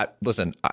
listen